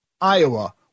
Iowa